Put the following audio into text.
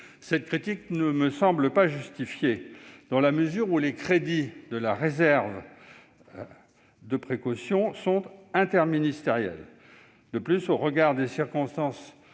Cette critique ne me semble pas justifiée, dans la mesure où les crédits de la réserve de précaution sont interministériels. De surcroît, au regard des circonstances